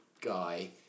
guy